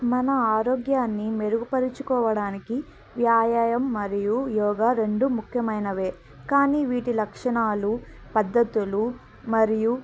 మన ఆరోగ్యాన్ని మెరుగుపరుచుకోవడానికి వ్యాయామం మరియు యోగా రెండు ముఖ్యమైనవే కానీ వీటి లక్షణాలు పద్ధతులు మరియు